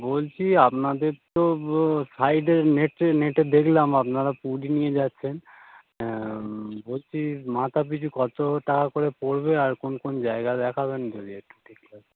বলছি আপনাদের তো ও সাইটে নেটে নেটে দেখলাম আপনারা পুরী নিয়ে যাচ্ছেন বলছি মাথা পিছু কত টাকা করে পড়বে আর কোন কোন জায়গা দেখাবেন ঘুরিয়ে একটু ঠিকঠাক